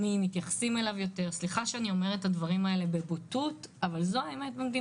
אני אומרת זאת בבוטות אבל זו האמת.